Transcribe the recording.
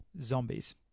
zombies